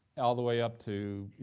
all the way up to, you